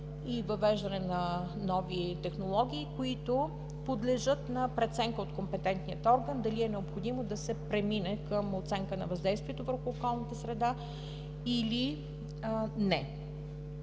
и въвеждане на нови технологии, които подлежат на преценка от компетентния орган дали е необходимо да се премине към оценка на въздействието върху околната среда или не.